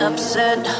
Upset